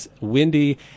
Windy